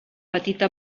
petita